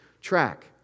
track